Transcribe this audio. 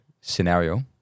scenario